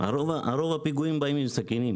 רוב הפיגועים באים עם סכינים